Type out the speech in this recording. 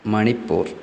Manipur